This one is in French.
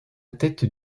tête